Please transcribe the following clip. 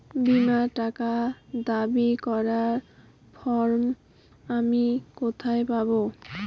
বীমার টাকা দাবি করার ফর্ম আমি কোথায় পাব?